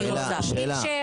שאלה, שאלה.